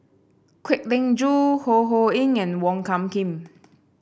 Kwek Leng Joo Ho Ho Ying and Wong Hung Khim